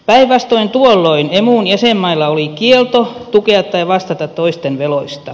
päinvastoin tuolloin emun jäsenmailla oli kielto tukea tai vastata toisten veloista